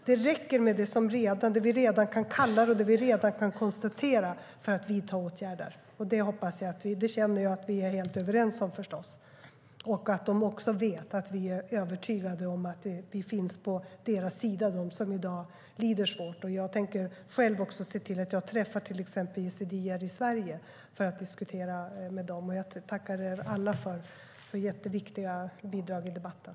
Det räcker dock med det vi redan kan kalla det och det vi redan kan konstatera för att vidta åtgärder. Jag känner att vi är överens om det, och att de som i dag lider svårt också ska veta att vi står på deras sida. Jag ska se till att själv träffa yazidier i Sverige och diskutera med dem. Jag tackar er alla för viktiga bidrag i debatten.